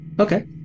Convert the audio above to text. Okay